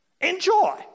Enjoy